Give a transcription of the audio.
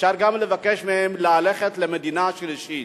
ואפשר גם לבקש מהם ללכת למדינה שלישית.